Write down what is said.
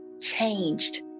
changed